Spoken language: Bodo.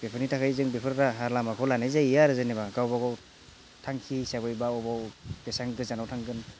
बेफोरनि थाखाय जों बेफोर राहालामाखौ लानाय जायो आरो जेनेबा गावबा गाव थांखि हिसाबै बा बबेयाव बेसेबां गोजानाव थांगोन